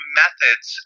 methods